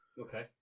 Okay